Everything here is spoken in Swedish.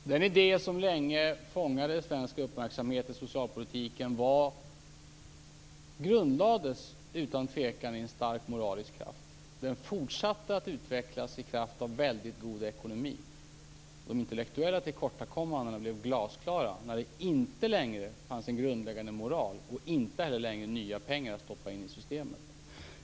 Herr talman! Den idé som länge fångade uppmärksamhet i svensk socialpolitik grundlades utan tvivel med en stark moralisk kraft. Den fortsatte att utvecklas i kraft av väldigt god ekonomi. De intellektuella tillkortakommandena blev glasklara när det inte längre fanns en grundläggande moral och inte heller nya pengar att stoppa in i systemet.